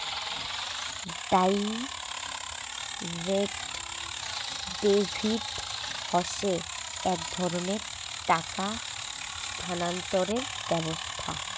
direct debit হসে এক ধরণের টাকা স্থানান্তরের ব্যবস্থা